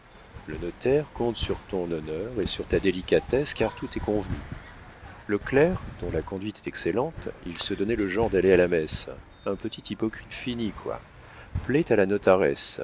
le notaire compte sur ton honneur et sur ta délicatesse car tout est convenu le clerc dont la conduite est excellente il se donnait le genre d'aller à la messe un petit hypocrite fini quoi plaît à la notaresse